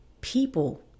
people